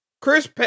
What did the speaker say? Chris